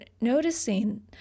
noticing